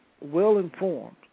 well-informed